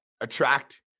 attract